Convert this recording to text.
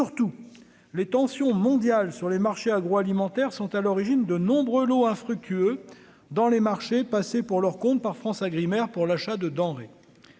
surtout les tensions mondiales sur les marchés agroalimentaires sont à l'origine de nombreux lots fructueux dans les marchés passés pour leur compte par FranceAgriMer pour l'achat de denrées,